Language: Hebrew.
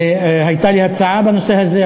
והייתה לי הצעה בנושא הזה,